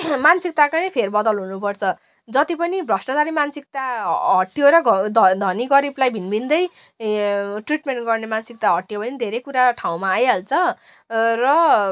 मानसिकताकै फेरबदल हुनुपर्छ जति पनि भ्रष्टचारी मान्सिकता हट्यो र ध धनी गरिबलाई भिन्न भिन्दै ट्रिटमेन्ट गर्ने मान्सिकता हट्यो भने धेरै कुरा ठाउँमा आइहाल्छ र